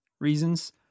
reasons